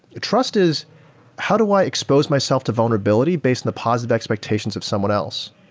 trust is how do i expose myself to vulnerability based on the positive expectations of someone else,